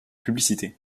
publicité